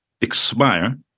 expire